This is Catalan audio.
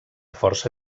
força